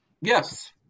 Yes